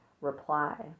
reply